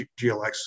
GLX